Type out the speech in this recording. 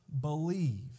believe